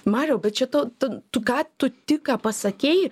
mariau bet čia tu tu ką tu tik ką pasakei